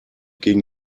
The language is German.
gegen